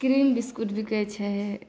cream biscuit बिकै छै